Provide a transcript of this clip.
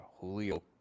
Julio